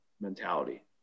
mentality